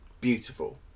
beautiful